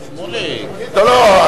לא לא,